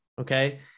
okay